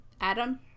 adam